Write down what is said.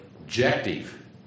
objective